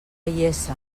iessa